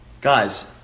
Guys